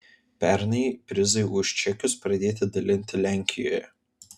pernai prizai už čekius pradėti dalinti lenkijoje